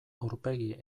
aurpegi